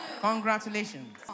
Congratulations